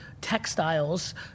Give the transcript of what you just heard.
textiles